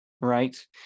right